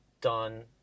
done